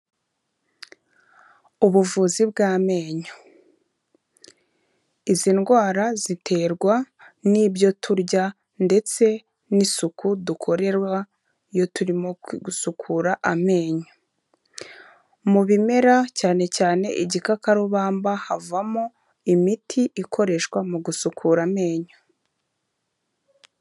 Ubuvuzi bw'amenyo izi ndwara, ziterwa n'ibyo turya ndetse n'isuku dukorerwa iyo turimo gusukura amenyo, mu bimera cyane cyane igikakarubamba havamo imiti ikoreshwa mu gusukura amenyo.